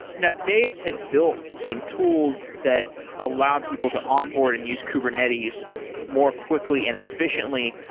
now, deis had built some tools that allowed people to onboard and use kubernetes more quickly and efficiently,